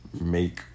make